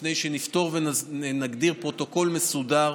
לפני שנפתור ונגדיר פרוטוקול מסודר.